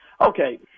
Okay